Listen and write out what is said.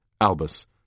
Albus